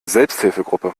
selbsthilfegruppe